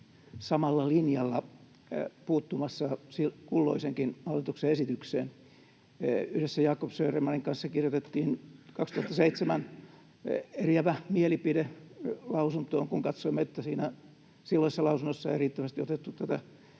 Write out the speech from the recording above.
samalla linjalla puuttumassa kulloisenkin hallituksen esitykseen. Yhdessä Jacob Södermanin kanssa kirjoitettiin 2007 eriävä mielipide lausuntoon, kun katsoimme, että siinä silloisessa lausunnossa ei riittävästi otettu tätä